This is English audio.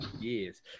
Yes